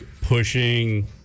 pushing